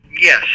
Yes